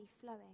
flowing